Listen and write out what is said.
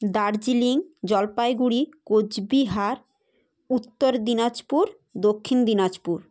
Darjeeling Jalpaiguri Cooch Behar Uttar Dinajpur Dakshin Dinajpur